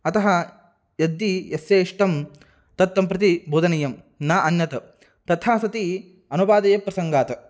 अतः यदि यस्य इष्टं तत् तं प्रति बोधनीयं न अन्यत् तथा सति अनुपादेयप्रसङ्गात्